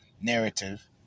narrative